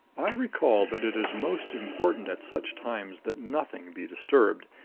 i recalled that it is most important at such times that nothing be disturbed,